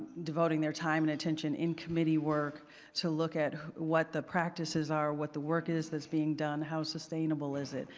devoting their time and attention in committee work to look at what the practices are, what the work is that's being done, how sustainable is it,